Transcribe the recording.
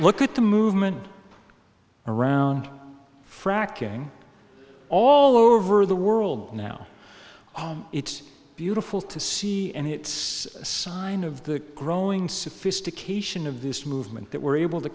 look at the movement around fracking all over the world now it's beautiful to see and it's a sign of the growing sophistication of this movement that we're able to